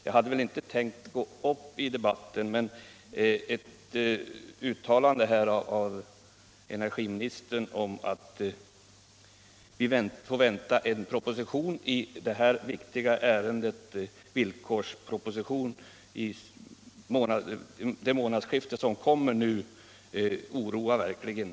Jag hade inte tänkt gå upp i debatten, men energiministerns uttalande att vi har att vänta en proposition i detta viktiga ärende, villkorspropositionen, i det månadsskifte som kommer, oroar mig verkligen.